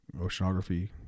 oceanography